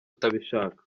utabishaka